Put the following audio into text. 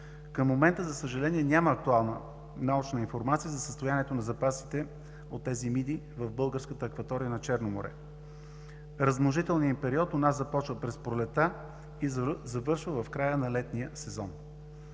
към момента, за съжаление, няма актуална научна информация за състоянието на запасите от тези миди в българската акватория на Черно море. Размножителният им период у нас започва през пролетта и завършва в края на летния сезон.